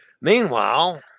Meanwhile